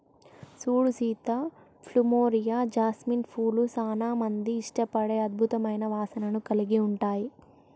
సూడు Sita plumeria, jasmine పూలు సానా మంది ఇష్టపడే అద్భుతమైన వాసనను కలిగి ఉంటాయి